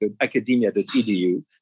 academia.edu